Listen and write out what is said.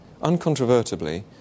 uncontrovertibly